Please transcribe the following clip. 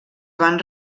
van